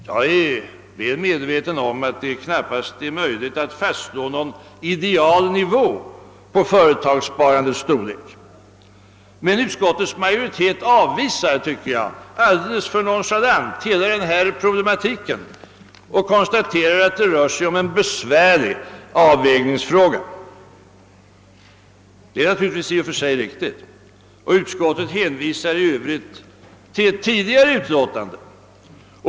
Jag är väl medveten om att det knappast är möjligt att fastslå någon ideal nivå för företagssparandets storlek, men utskottsmajoriteten avvisar enligt min mening alldeles för nonchalant hela denna problematik. Den konstaterar att det rör sig om en besvärlig avvägningsfråga — vilket naturligtvis i och för sig är riktigt — och hänvisar i övrigt till ett tidigare utlåtande.